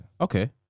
Okay